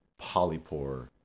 polypore